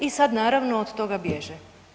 I sad naravno od toga bježe.